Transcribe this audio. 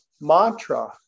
mantra